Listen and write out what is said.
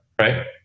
right